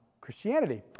Christianity